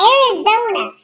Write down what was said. Arizona